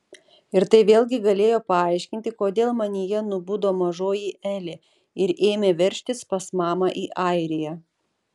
ir tai vėlgi galėjo paaiškinti kodėl manyje nubudo mažoji elė ir ėmė veržtis pas mamą į airiją